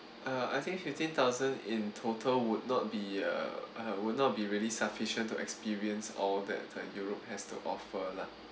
uh I think fifteen thousand in total would not be a uh would not be really sufficient to experience all that uh europe has to offer lah